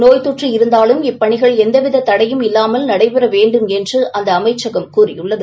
நோய்த்தொற்று இருந்தாலும் இப்பணிகள் எந்தவித தடையும் இல்லாமல் நடைபெற வேண்டும் என்று அந்த அமைச்சகம் கூறியுள்ளது